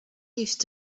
used